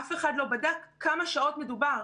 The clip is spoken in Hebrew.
אף אחד לא בדק בכמה שעות מדובר.